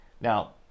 Now